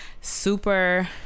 super